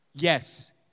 Yes